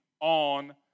on